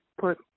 put